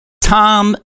Tom